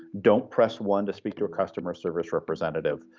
don't press one to speak to a customer service representative.